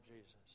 Jesus